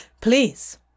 please